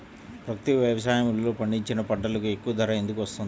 ప్రకృతి వ్యవసాయములో పండించిన పంటలకు ఎక్కువ ధర ఎందుకు వస్తుంది?